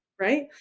right